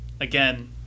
again